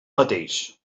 mateix